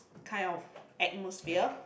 kind of atmosphere